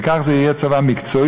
וכך זה יהיה צבא מקצועי,